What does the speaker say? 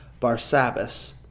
Barsabbas